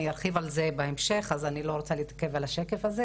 אני ארחיב על זה בהמשך אז אני לא רוצה להתעכב על השקף הזה.